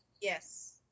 Yes